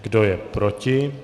Kdo je proti?